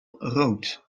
rood